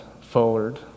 forward